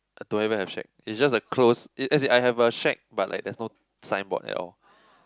I don't even have shack it's just a close it as in I have a shack but like there is no signboard at all